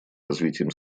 развитием